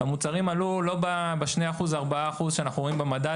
שהמחירים עלו לא בשני אחוז או ארבעה אחוז שאנחנו רואים במדד,